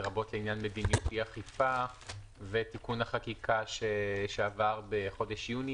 לרבות לעניין מדיניות האי-אכיפה ותיקון החקיקה שעבר בחודש יוני,